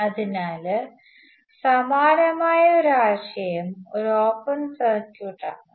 അതിനാൽ സമാനമായ ഒരു ആശയം ഒരു ഓപ്പൺ സർക്യൂട്ട് ആണ്